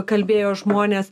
kalbėjo žmonės